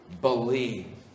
believe